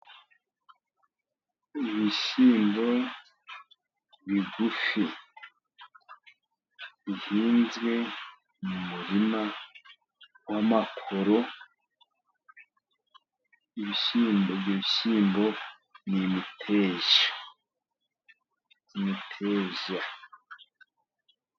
Ibishyimbo bigufi bihinzwe mu murima wamakoro, ibishyimbo, ibi bishyimbo ni imiteja, ni imiteja.